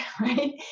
Right